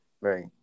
Right